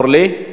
אורלי,